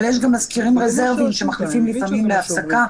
יש גם מזכירים רזרביים שמחליפים לפעמים להפסקה.